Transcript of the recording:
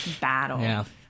battle